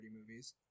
movies